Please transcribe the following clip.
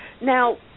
Now